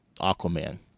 Aquaman